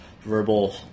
verbal